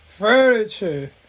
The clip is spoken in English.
Furniture